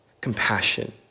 compassion